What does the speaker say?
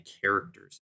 characters